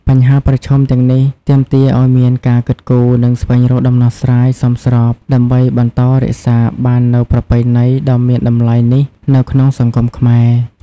បញ្ហាប្រឈមទាំងនេះទាមទារឱ្យមានការគិតគូរ និងស្វែងរកដំណោះស្រាយសមស្រប ដើម្បីបន្តរក្សាបាននូវប្រពៃណីដ៏មានតម្លៃនេះនៅក្នុងសង្គមខ្មែរ ។